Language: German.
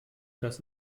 dass